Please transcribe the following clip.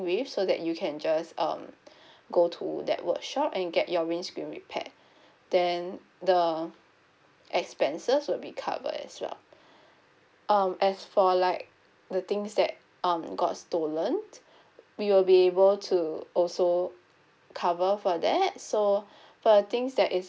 with so that you can just um go to that workshop and get your windscreen repaired then the expenses will be covered as well um as for like the things that um got stolen we will be able to also cover for that so for the things that is